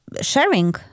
sharing